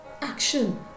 action